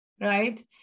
right